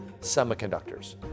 semiconductors